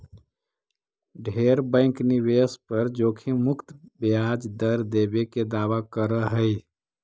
ढेर बैंक निवेश पर जोखिम मुक्त ब्याज दर देबे के दावा कर हई